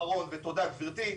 אחרון, ותודה גברתי.